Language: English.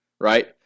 right